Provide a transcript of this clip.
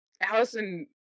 Allison